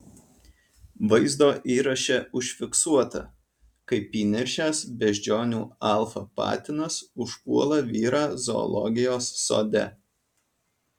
vaizdo įraše užfiksuota kaip įniršęs beždžionių alfa patinas užpuola vyrą zoologijos sode